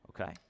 Okay